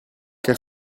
car